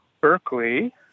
Berkeley